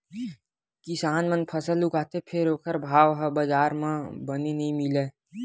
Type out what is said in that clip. किसान मन फसल उगाथे फेर ओखर भाव ह बजार म बने नइ मिलय